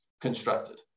constructed